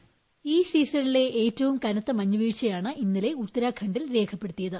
voice ഈ സീസണിലെ ഏറ്റവും കനത്തി മിഞ്ഞ് വീഴ്ചയാണ് ഇന്നലെ ഉത്തരാഖണ്ഡിൽ രേഖപ്പെടുത്തിയുത്